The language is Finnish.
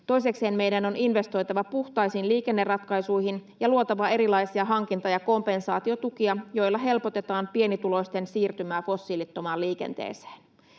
Toisekseen meidän on investoitava puhtaisiin liikenneratkaisuihin ja luotava erilaisia hankinta- ja kompensaatiotukia, joilla helpotetaan pienituloisten siirtymää fossiilittomaan liikenteeseen.